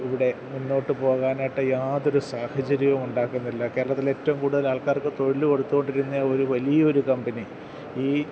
ഇവിടെ മുന്നോട്ട് പോകാനായിട്ട് യാതൊരു സാഹചര്യവും ഉണ്ടാക്കുന്നില്ല കേരളത്തിൽ ഏറ്റവും കൂടുതൽ ആൾക്കാർക്ക് തൊഴിൽ കൊടുത്തുകൊണ്ടിരുന്ന ഒരു വലിയൊരു കമ്പനി ഈ